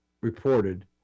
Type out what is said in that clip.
reported